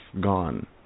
gone